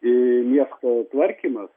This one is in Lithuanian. i miesto tvarkymas